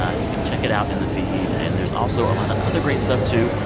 ah you can check it out in the feed. and there's also a lot of other great stuff, too.